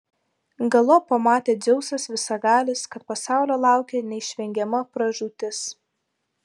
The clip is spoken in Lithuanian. galop pamatė dzeusas visagalis kad pasaulio laukia neišvengiama pražūtis